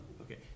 Okay